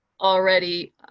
already